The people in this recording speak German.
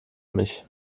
mich